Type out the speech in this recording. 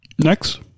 Next